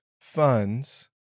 funds